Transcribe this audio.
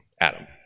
Adam